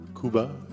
cuba